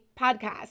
Podcast